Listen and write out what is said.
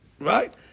right